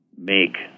make